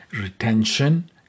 retention